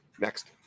next